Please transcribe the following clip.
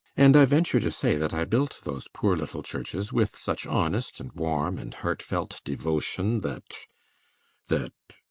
and i venture to say that i built those poor little churches with such honest and warm and heartfelt devotion that that